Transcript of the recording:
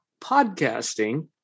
podcasting